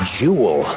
jewel